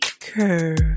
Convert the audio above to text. curve